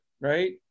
right